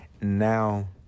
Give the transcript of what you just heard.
Now